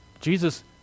Jesus